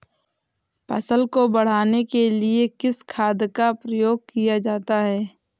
फसल को बढ़ाने के लिए किस खाद का प्रयोग किया जाता है?